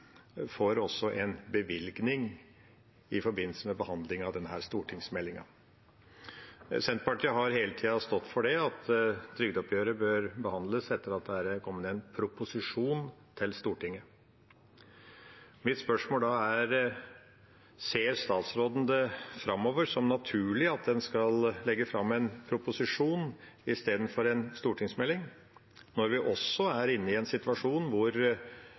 for en bevilgning i forbindelse med behandlingen av denne stortingsmeldinga. Senterpartiet har hele tida stått for at trygdeoppgjøret bør behandles etter at det er kommet en proposisjon til Stortinget. Mitt spørsmål er da: Ser statsråden det som naturlig framover at en skal legge fram en proposisjon i stedet for en stortingsmelding, når vi også er i en situasjon hvor